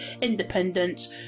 independence